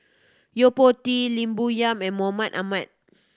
Yo Po Tee Lim Bo Yam and Mahmud Ahmad